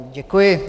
Děkuji.